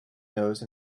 nose